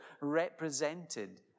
represented